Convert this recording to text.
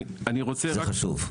זה חשוב.